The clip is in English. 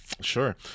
sure